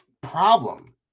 problem